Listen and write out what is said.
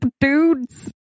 dudes